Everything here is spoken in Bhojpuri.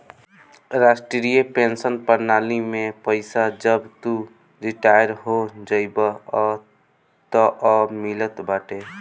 राष्ट्रीय पेंशन प्रणाली में पईसा जब तू रिटायर हो जइबअ तअ मिलत बाटे